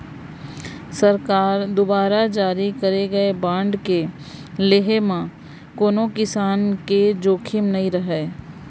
सरकार दुवारा जारी करे गए बांड के लेहे म कोनों किसम के जोखिम नइ रहय